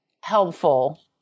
helpful